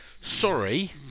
Sorry